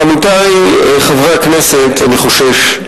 עמיתי חברי הכנסת, אני חושש,